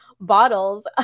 bottles